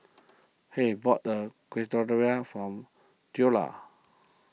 Hays bought the Quesadillas from theola